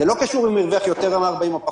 זה לא קשור אם הוא הרוויח יותר מ-40 או פחות.